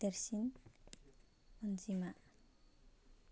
देरसिन अन्जिमा